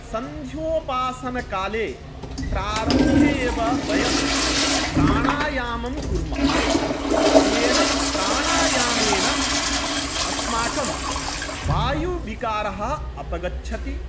सन्ध्योपासनकाले प्रारम्भे एव वयं प्राणायामं कुर्मः तेन प्राणायामेन अस्माकं वायुविकारः अपगच्छति